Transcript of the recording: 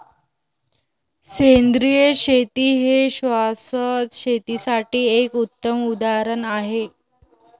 सेंद्रिय शेती हे शाश्वत शेतीसाठी एक उत्तम उदाहरण आहे